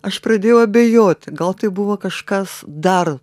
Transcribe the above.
aš pradėjau abejoti gal tai buvo kažkas dar